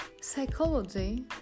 psychology